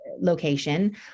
location